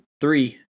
Three